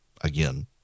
Again